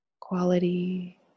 quality